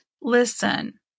listen